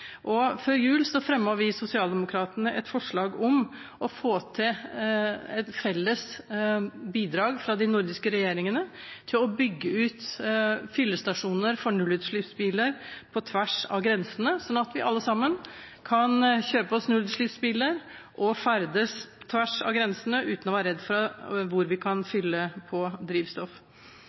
Før jul fremmet vi i den sosialdemokratiske gruppen et forslag om å få til et felles bidrag fra de nordiske regjeringene til å bygge ut fyllestasjoner for nullutslippsbiler på tvers av grensene, slik at vi alle sammen kan kjøpe oss nullutslippsbiler og ferdes på tvers av grensene uten å være redd for hvor vi kan fylle på drivstoff.